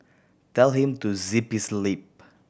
tell him to zip his lip